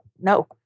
no